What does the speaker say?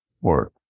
work